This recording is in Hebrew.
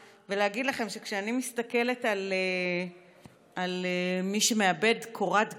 ולהגיד לכם שכשאני מסתכלת על מי שמאבד קורת גג,